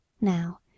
Now